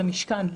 למשכן,